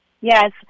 Yes